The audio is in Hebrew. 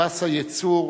פס הייצור